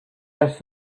asked